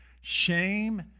Shame